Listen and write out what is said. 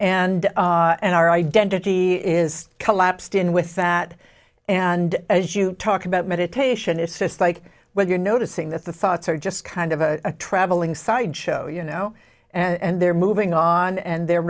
and and our identity is collapsed in with that and as you talk about meditation it's systemic when you're noticing that the thoughts are just kind of a traveling side show you know and they're moving on and they're